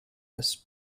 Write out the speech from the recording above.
has